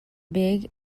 big